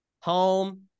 home